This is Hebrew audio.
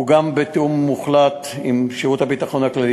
הוא גם בתיאום מוחלט עם שירות הביטחון הכללי,